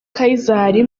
kayizari